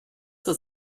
was